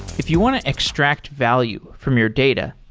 if you want to extract value from your data,